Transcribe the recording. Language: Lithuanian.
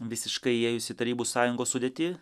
visiškai įėjus į tarybų sąjungos sudėtį